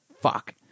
Fuck